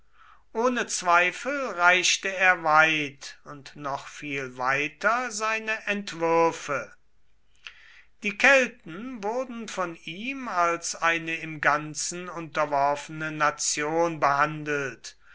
ohne zweifel reichte er weit und noch viel weiter seine entwürfe die kelten wurden von ihm als eine im ganzen unterworfene nation behandelt